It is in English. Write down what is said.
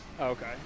okay